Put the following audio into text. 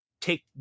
take